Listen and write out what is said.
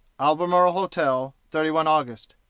albemarle hotel, thirty one august.